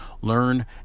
learn